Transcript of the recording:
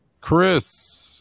Chris